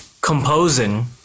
composing